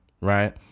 right